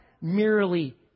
merely